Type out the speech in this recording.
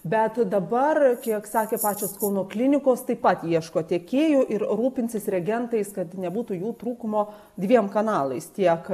bet dabar kiek sakė pačios kauno klinikos taip pat ieško tiekėjų ir rūpinsis reagentais kad nebūtų jų trūkumo dviem kanalais tiek